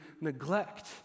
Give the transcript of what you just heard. neglect